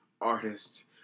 artists